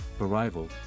arrival